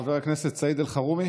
חבר הכנסת סעיד אלחרומי